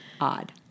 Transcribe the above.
odd